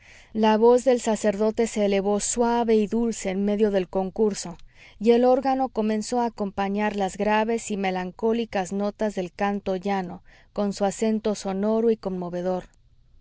la voz del sacerdote se elevó suave y dulce en medio del concurso y el órgano comenzó a acompañar las graves y melancólicas notas del canto llano con su acento sonoro y conmovedor